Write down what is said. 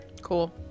Cool